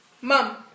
Mom